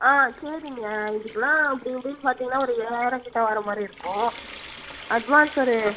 on சரிங்க இதுக்குல்லாம் அப்படி இப்படின்னு பார்த்திங்ன்னா ஒரு ஏழாயிரம் கிட்டே வர மாதிரி இருக்கும் அட்வான்ஸ் ஒரு